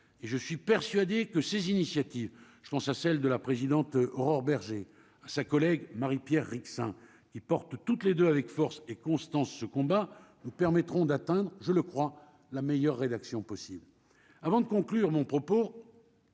et je suis persuadé que ces initiatives, je pense à celle de la présidente Aurore Bergé à sa collègue Marie-Pierre Rixain qui portent toutes les deux avec force et Constance ce combat nous permettront d'atteindre, je le crois, la meilleure rédaction possible avant de conclure mon propos,